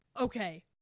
okay